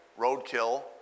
Roadkill